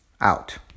Out